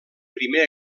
primer